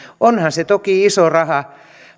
onhan se toki iso raha